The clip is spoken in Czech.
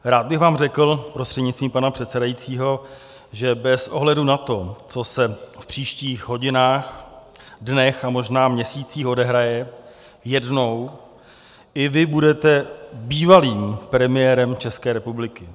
Rád bych vám řekl, prostřednictvím pana předsedajícího, že bez ohledu na to, co se v příštích hodinách, dnech a možná měsících odehraje, jednou i vy budete bývalým premiérem České republiky.